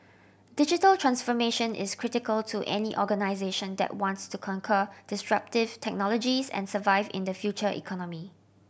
digital transformation is critical to any organisation that wants to conquer disruptive technologies and survive in the future economy